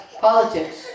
politics